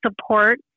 support